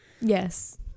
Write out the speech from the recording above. Yes